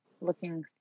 looking